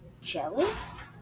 jealous